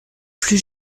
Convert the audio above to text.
plus